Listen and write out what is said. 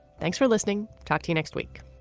thanks for listening. talk to you next week